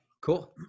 Cool